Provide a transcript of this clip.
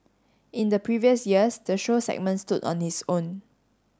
in the previous years the show segment stood on its own